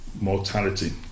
mortality